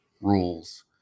rules